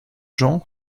gens